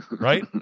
right